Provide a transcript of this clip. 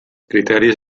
criteris